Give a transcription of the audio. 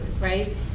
right